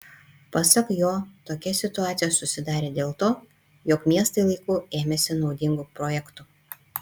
pasak jo tokia situacija susidarė dėl to jog miestai laiku ėmėsi naudingų projektų